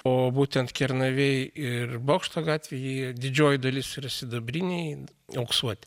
o būtent kernavėj ir bokšto gatvėj didžioji dalis yra sidabriniai auksuoti